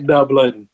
Dublin